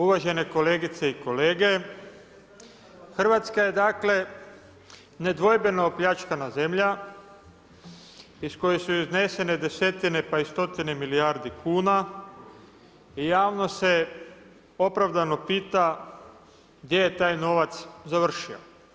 Uvažene kolegice i kolege, Hrvatska je dakle nedvojbeno opljačkana zemlja iz koje su iznesene desetine pa i stotine milijardi kuna i javnost se opravdano pita gdje je taj novac završio.